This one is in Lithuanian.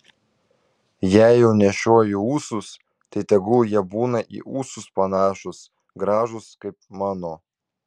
jei jau nešioji ūsus tai tegul jie būna į ūsus panašūs gražūs kaip mano